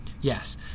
Yes